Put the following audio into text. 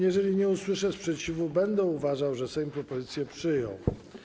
Jeżeli nie usłyszę sprzeciwu, będę uważał, że Sejm propozycję przyjął.